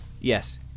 Yes